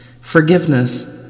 Forgiveness